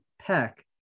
peck